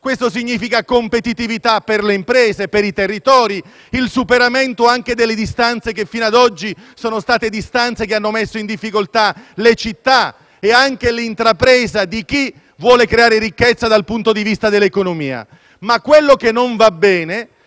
Questo significa competitività per le imprese, per i territori, il superamento anche delle distanze che fino ad oggi hanno messo in difficoltà le città e anche l'intrapresa di chi vuole creare ricchezza dal punto di vista dell'economia. Ma quello che non va bene